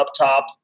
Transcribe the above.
Uptop